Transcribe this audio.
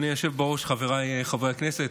אדוני היושב-ראש, חבריי חברי הכנסת,